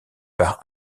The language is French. par